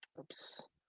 Oops